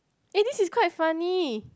eh this is quite funny